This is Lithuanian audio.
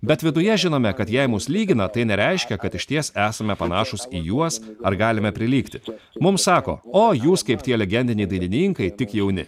bet viduje žinome kad jei mus lygina tai nereiškia kad išties esame panašūs į juos ar galime prilygti mums sako o jūs kaip tie legendiniai dainininkai tik jauni